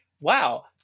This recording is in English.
wow